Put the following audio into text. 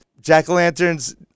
jack-o'-lanterns